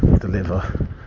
deliver